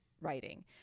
writing